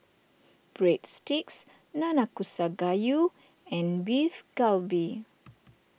Breadsticks Nanakusa Gayu and Beef Galbi